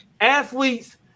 athletes